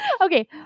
Okay